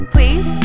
Please